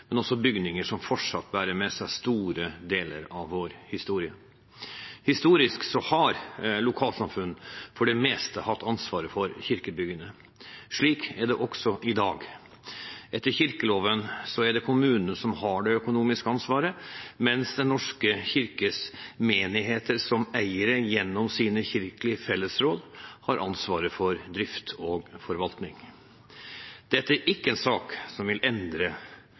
vår historie. Historisk har lokalsamfunnet for det meste hatt ansvaret for kirkebyggene. Slik er det også i dag. Etter kirkeloven er det kommunene som har det økonomiske ansvaret, mens Den norske kirkes menigheter som eiere gjennom sine kirkelige fellesråd har ansvaret for drift og forvaltning. Dette er ikke en sak som vil endre